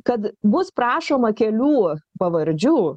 kad bus prašoma kelių pavardžių